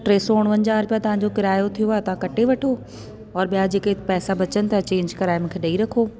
सौ उणिवंजाहु रुपिया तव्हांजो किरायो थियो आहे त कटे वठो और ॿिया जेके पैसा बचन था चेंज कराइ मूंखे ॾेई रखो